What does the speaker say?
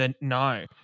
No